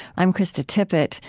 i'm krista tippett.